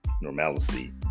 normalcy